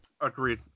Agreed